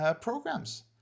programs